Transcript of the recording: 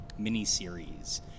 miniseries